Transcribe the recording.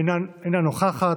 אינה נוכחת.